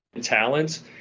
talents